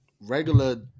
regular